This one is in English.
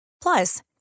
Plus